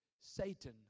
Satan